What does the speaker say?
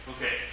Okay